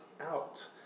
out